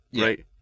right